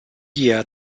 year